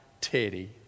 Teddy